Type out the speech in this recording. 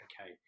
okay